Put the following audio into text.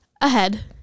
ahead